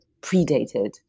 predated